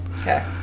Okay